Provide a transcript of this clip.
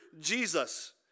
Jesus